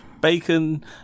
bacon